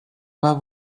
pas